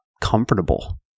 comfortable